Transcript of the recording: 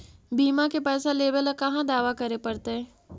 बिमा के पैसा लेबे ल कहा दावा करे पड़तै?